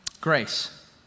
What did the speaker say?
Grace